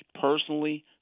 personally